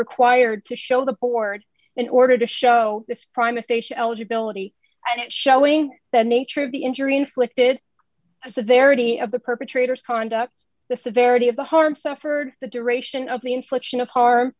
required to show the poor in order to show this crime if they show eligibility and showing the nature of the injury inflicted severity of the perpetrators conduct the severity of the harm suffered the duration of the infliction of harm